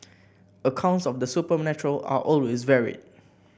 accounts of the supernatural are always varied